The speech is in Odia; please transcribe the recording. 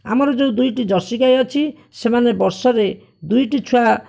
ଆମର ଯେଉଁ ଦୁଇଟି ଜର୍ଷି ଗାଈ ଅଛି ସେମାନେ ବର୍ଷରେ ଦୁଇଟି ଛୁଆ